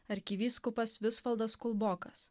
arkivyskupas visvaldas kulbokas